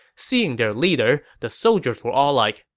seeing their leader, the soldiers were all like,